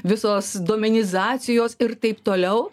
visos domenizacijos ir taip toliau